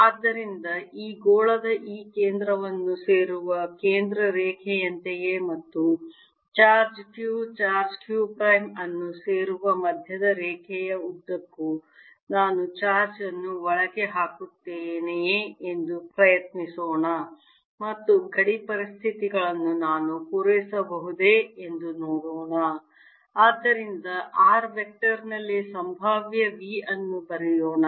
ಆದ್ದರಿಂದ ಈ ಗೋಳದ ಈ ಕೇಂದ್ರವನ್ನು ಸೇರುವ ಕೇಂದ್ರ ರೇಖೆಯಂತೆಯೇ ಮತ್ತು charge q charge q prime ಅನ್ನು ಸೇರುವ ಮಧ್ಯದ ರೇಖೆಯ ಉದ್ದಕ್ಕೂ ನಾನು ಚಾರ್ಜ್ ಅನ್ನು ಒಳಗೆ ಹಾಕುತ್ತೇನೆಯೇ ಎಂದು ಪ್ರಯತ್ನಿಸೋಣ ಮತ್ತು ಗಡಿ ಪರಿಸ್ಥಿತಿಗಳನ್ನು ನಾನು ಪೂರೈಸಬಹುದೇ ಎಂದು ನೋಡೋಣ ಆದ್ದರಿಂದ r ವೆಕ್ಟರ್ ನಲ್ಲಿ ಸಂಭಾವ್ಯ V ಅನ್ನು ಬರೆಯೋಣ